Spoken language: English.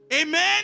Amen